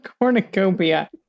cornucopia